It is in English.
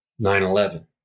9-11